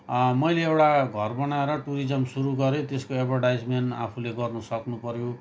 मैले एउटा घर बनाएर टरिज्म सुरु गरेँ त्यसको एडभर्टाइजमेन्ट आफूले गर्नु सक्नुपऱ्यो